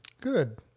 Good